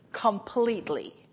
completely